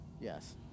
Yes